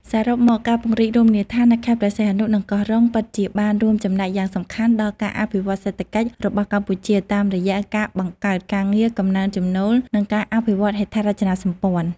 សរុបមក ការពង្រីករមណីយដ្ឋាននៅខេត្តព្រះសីហនុ និងកោះរ៉ុង ពិតជាបានរួមចំណែកយ៉ាងសំខាន់ដល់ ការអភិវឌ្ឍសេដ្ឋកិច្ច របស់កម្ពុជា តាមរយៈការបង្កើតការងារ កំណើនចំណូល និងការអភិវឌ្ឍហេដ្ឋារចនាសម្ព័ន្ធ។